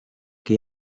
que